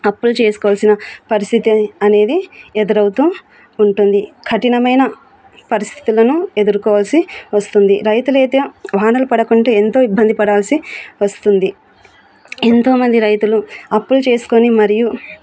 అప్పులు చేసుకోవాల్సిన పరిస్థితి అనేది ఎదురవుతూ ఉంటుంది కఠినమైన పరిస్థితులను ఎదుర్కోవాల్సి వస్తుంది రైతులయితే వానలు పడకుంటే ఎంతో ఇబ్బంది పడాల్సి వస్తుంది ఎంతోమంది రైతులు అప్పులు చేసుకుని మరియు